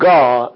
God